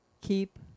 Keep